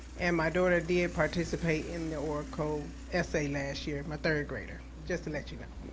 and my daughter did participate in the oracle essay last year, my third-grader, just to let you know.